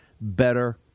better